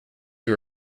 you